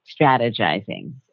strategizing